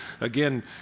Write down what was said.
again